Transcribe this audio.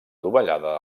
dovellada